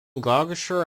gloucester